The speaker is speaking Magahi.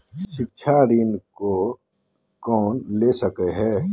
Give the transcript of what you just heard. शिक्षा ऋण के ले सको है?